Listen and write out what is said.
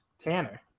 Tanner